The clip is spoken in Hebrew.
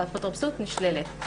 האפוטרופסות נשללת.